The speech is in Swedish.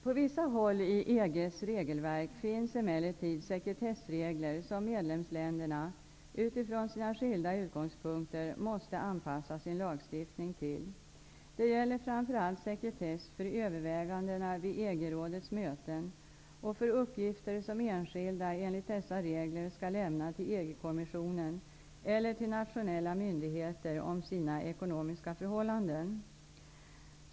På vissa håll i EG:s regelverk finns emellertid sekretessregler som medlemsländerna -- utifrån sina skilda utgångspunkter -- måste anpassa sin lagstiftning till. Det gäller framför allt sekretess för övervägandena vid EG-rådets möten och för uppgifter som enskilda enligt dessa regler skall lämna till EG-kommissionen eller till nationella myndigheter om sina ekonomiska förhållanden.